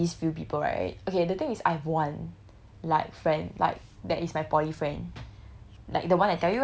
other than like these few people right okay the thing is I have one like friend like that is my poly friend